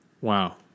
Wow